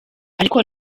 ariko